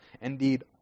Indeed